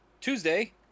Tuesday